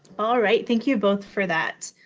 all right. thank you both for that.